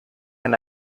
and